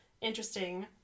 interesting